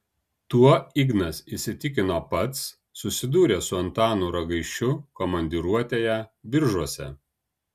tuo ignas įsitikino pats susidūręs su antanu ragaišiu komandiruotėje biržuose